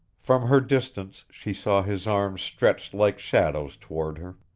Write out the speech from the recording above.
from her distance she saw his arms stretched like shadows toward her.